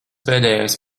pēdējais